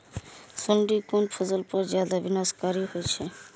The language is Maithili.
सुंडी कोन फसल पर ज्यादा विनाशकारी होई छै?